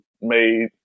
made